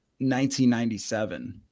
1997